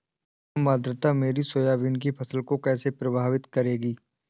कम आर्द्रता मेरी सोयाबीन की फसल को कैसे प्रभावित करेगी?